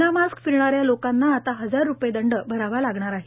विना मास्क फिरणाऱ्या लोकांना आता एक हजार रुपये दंड भरावा लागणार आहे